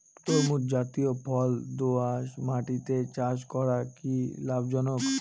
তরমুজ জাতিয় ফল দোঁয়াশ মাটিতে চাষ করা কি লাভজনক?